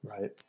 Right